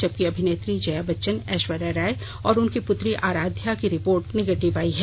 जबकि अभिनेत्री जया बच्चन ऐश्वर्या राय और उनकी पुत्री आरध्या की रिपोर्ट निगेटिव आयी है